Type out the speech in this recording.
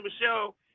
Michelle